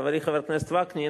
חברי חבר הכנסת וקנין,